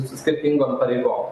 su skirtingom pareigom